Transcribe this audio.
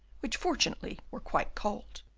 which fortunately were quite cold.